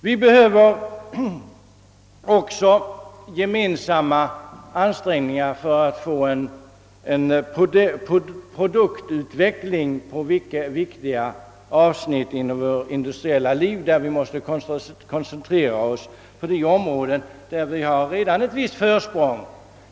Vi bör också för det femte — göra gemensamma ansträngningar för en produktutveckling på viktiga avsnitt inom det industriella livet, varvid vi måste koncentrera oss till de områden där vi redan har ett visst försprång.